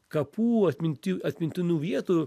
kapų atminty atmintinų vietų